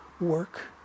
work